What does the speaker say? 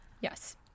yes